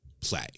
play